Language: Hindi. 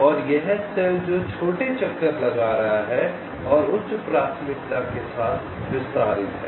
और यह सेल जो छोटे चक्कर लगा रहे हैं और उच्च प्राथमिकता के साथ विस्तारित हैं